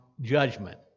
judgment